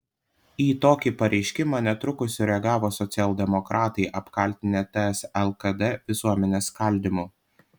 į tokį pareiškimą netrukus sureagavo socialdemokratai apkaltinę ts lkd visuomenės skaldymu